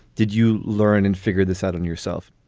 did you learn and figured this out on yourself?